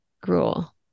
gruel